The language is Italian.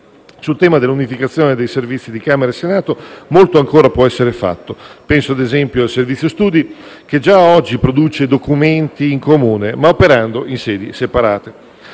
Sul tema dell'unificazione dei servizi di Camera e Senato molto ancora può essere fatto. Penso - ad esempio - al Servizio studi, che già oggi produce documenti in comune ma operando da sedi separate.